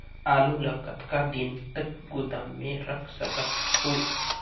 आलू ल कतका दिन तक गोदाम मे रख सकथ हों?